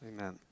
Amen